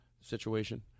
situation